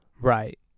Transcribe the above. right